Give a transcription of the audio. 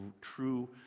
true